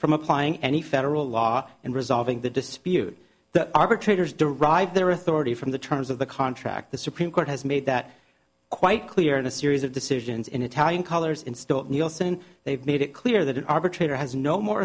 from applying any federal law and resolving the dispute the arbitrator's derive their authority from the terms of the contract the supreme court has made that quite clear in a series of decisions in italian colors instead of nielsen they've made it clear that an arbitrator has no more